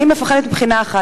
ואני מפחדת מבחינה אחת,